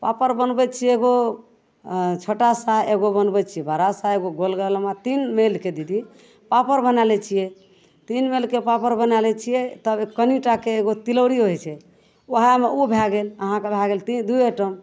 पापड़ बनबै छिए एगो छोटा सा एगो बनबै छी बड़ा सा एगो गोल गालमे तीन मेलके दीदी पापड़ बनै लै छिए तीन मेलके पापड़ बनै लै छिए तब कनिटाके एगो तिलौड़ी होइ छै वएहमे ओ भए गेल अहाँके भए गेल ती दुइ आइटम